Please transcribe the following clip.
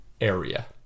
area